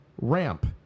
Ramp